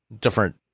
different